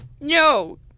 No